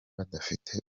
badafite